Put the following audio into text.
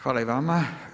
Hvala i vama.